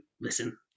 listen